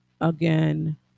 again